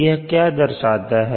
यह क्या दर्शाता है